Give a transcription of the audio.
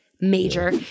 Major